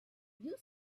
you